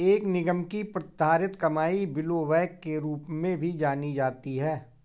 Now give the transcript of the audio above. एक निगम की प्रतिधारित कमाई ब्लोबैक के रूप में भी जानी जाती है